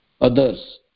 others